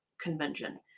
convention